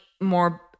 more